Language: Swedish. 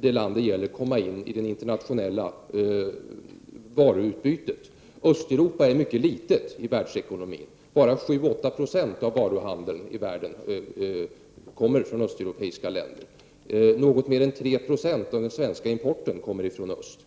det land det gäller komma in in i det internationella varuutbytet. Östeuropas betydelse i världsekonomin är mycket liten. Bara 7-8 90 av varuhandeln i världen kommer från östeuropeiska länder. Något mer än 3 90 av importen till Sverige kommer från öst.